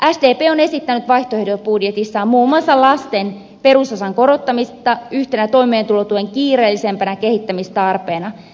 sdp on esittänyt vaihtoehtobudjetissaan muun muassa lasten perusosan korottamista yhtenä toimeentulotuen kiireellisempänä kehittämistarpeena